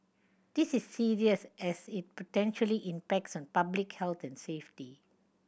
this is serious as it potentially impacts on public health and safety